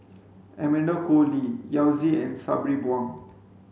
Amanda Koe Lee Yao Zi and Sabri Buang